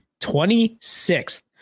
26th